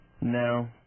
No